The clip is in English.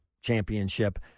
championship